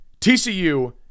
TCU